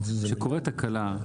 מילא אם קרתה תקלה,